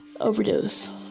overdose